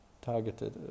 targeted